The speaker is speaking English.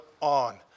on